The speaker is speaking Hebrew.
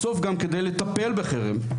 בסוף גם כדי לטפל בחרם,